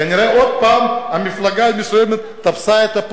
כנראה עוד פעם מפלגה מסוימת תפסה פה